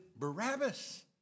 Barabbas